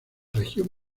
región